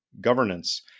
governance